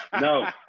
No